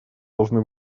должны